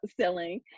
selling